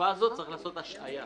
בתקופה הזאת צריך לעשות השעיה.